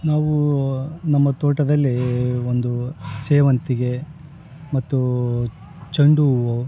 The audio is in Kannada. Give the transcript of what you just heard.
ನಾವು ನಮ್ಮ ತೋಟದಲ್ಲಿ ಒಂದು ಸೇವಂತಿಗೆ ಮತ್ತು ಚಂಡು ಹೂವು